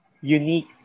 unique